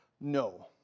No